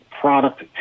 product